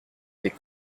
des